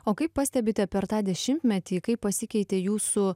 o kaip pastebite per tą dešimtmetį kaip pasikeitė jūsų